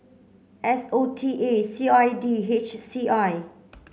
S O T A C I D H C I